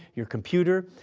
your computer,